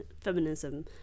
feminism